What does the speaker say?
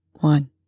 One